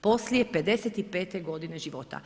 poslije 55. godine života.